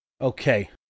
Okay